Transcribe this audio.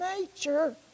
nature